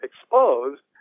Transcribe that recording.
exposed